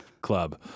club